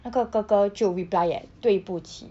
那个哥哥就 reply eh 对不起